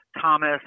Thomas